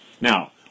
Now